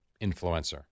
influencer